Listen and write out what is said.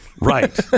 right